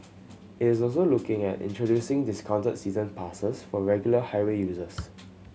it is also looking at introducing discounted season passes for regular highway users